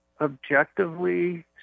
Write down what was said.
objectively